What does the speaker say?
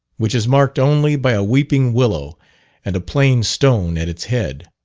which is marked only by a weeping willow and a plain stone at its head.